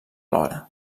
alhora